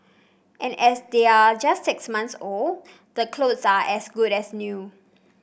and as they're just six months old the clothes are as good as new